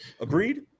Agreed